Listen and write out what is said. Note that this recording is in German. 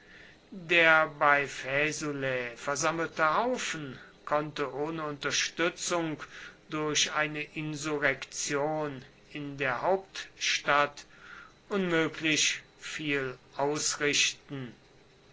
der bei faesulae versammelte haufen konnte ohne unterstützung durch eine insurrektion in der hauptstadt unmöglich viel ausrichten